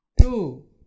two